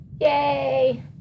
Yay